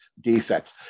defects